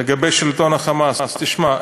לגבי שלטון ה"חמאס" תשמע,